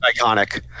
iconic